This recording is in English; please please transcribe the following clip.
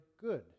good